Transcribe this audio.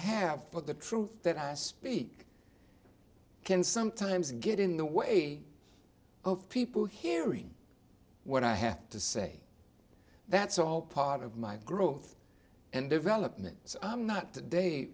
have but the truth that i speak can sometimes get in the way of people hearing what i have to say that's all part of my growth and development so i'm not t